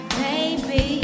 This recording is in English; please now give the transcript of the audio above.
baby